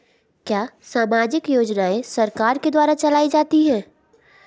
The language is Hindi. क्या सामाजिक योजनाएँ सरकार के द्वारा चलाई जाती हैं?